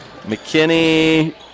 McKinney